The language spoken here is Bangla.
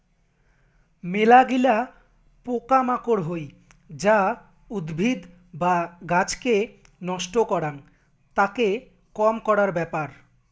মেলাগিলা পোকা মাকড় হই যা উদ্ভিদ বা গাছকে নষ্ট করাং, তাকে কম করার ব্যাপার